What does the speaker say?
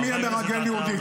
אם יהיה מרגל יהודי,